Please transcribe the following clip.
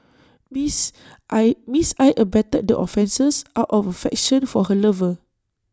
Miss I miss I abetted the offences out of affection for her lover